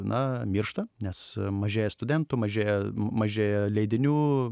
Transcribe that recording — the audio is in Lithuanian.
na miršta nes mažėja studentų mažėja mažėja leidinių